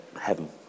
Heaven